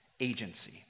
Agency